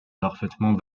parfaitement